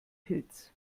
pilz